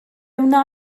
wna